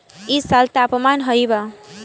इ साल तापमान हाई बा